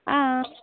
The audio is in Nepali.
अँ